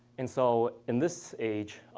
and so in this age,